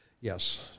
yes